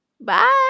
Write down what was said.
Bye